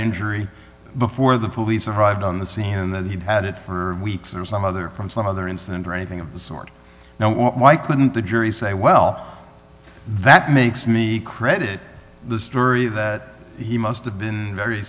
injury before the police arrived on the scene and that he had it for weeks or some other from some other incident or anything of the sort now why couldn't the jury say well that makes me credit the story that he must have been very